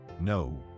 no